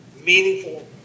meaningful